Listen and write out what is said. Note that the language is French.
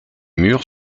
murs